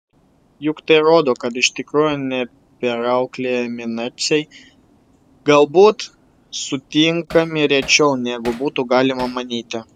juk tai rodo kad iš tikrųjų neperauklėjami naciai galbūt sutinkami rečiau negu būtų galima manyti